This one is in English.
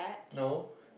no